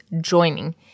joining